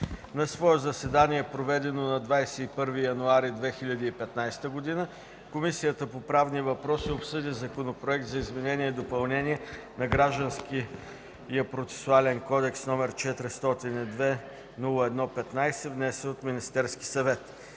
На свое заседание, проведено на 21 януари 2015 г., Комисията по правни въпроси обсъди Законопроект за изменение и допълнение на Гражданския процесуален кодекс, № 402-01-15, внесен от Министерския съвет